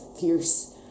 fierce